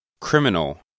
Criminal